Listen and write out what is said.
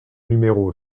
numéro